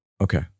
Okay